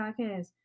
podcast